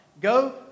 Go